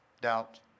doubt